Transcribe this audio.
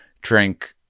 drink